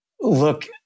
look